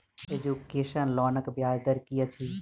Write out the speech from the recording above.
Education लोनक ब्याज दर की अछि?